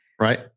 Right